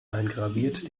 eingraviert